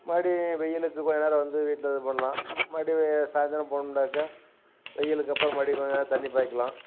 மறுபடி வெயிலுக்கு கொஞ்ச நேரம் வந்து வீட்டில இது பண்ணலாம் மறுபடி சாயந்தரம் போனம்டாக்க வெயிலுக்கு அப்புறம் மறுபடி கொஞ்ச நேரம் தண்ணி பாய்க்கலாம்